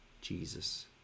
Jesus